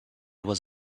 was